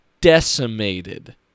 decimated